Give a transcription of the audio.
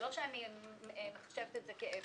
זה לא שאני מחשבת את זה כאפס.